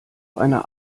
einer